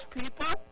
people